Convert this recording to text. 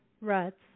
ruts